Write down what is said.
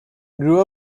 grew